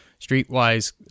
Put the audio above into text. streetwise